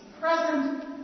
present